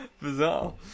bizarre